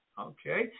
okay